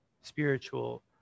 spiritual